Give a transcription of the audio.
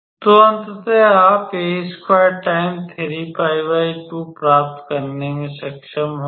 तो अंततः आप प्राप्त करने में सक्षम होंगे